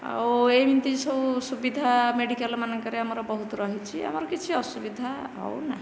ଆଉ ଏମିତି ସବୁ ସୁବିଧା ମେଡ଼ିକାଲ ମାନଙ୍କରେ ଆମର ବହୁତ ରହିଛି ଆମର କିଛି ଅସୁବିଧା ଆଉ ନାହିଁ